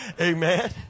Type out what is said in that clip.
Amen